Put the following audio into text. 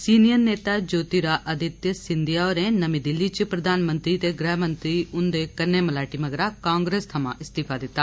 senior नेता ज्योतिराअदित्य सिंधिया होरें नर्मी दिल्ली च प्रधानमंत्री ते गृहमंत्री हन्दे कन्नै मलाटी मगरा कांग्रेस थमां इस्तीफा दिता